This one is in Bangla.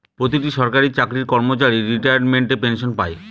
প্রতিটি সরকারি চাকরির কর্মচারী রিটায়ারমেন্ট পেনসন পাই